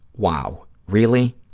wow. really?